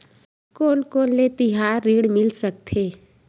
कोन कोन ले तिहार ऋण मिल सकथे?